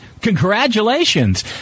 Congratulations